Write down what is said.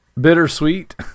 bittersweet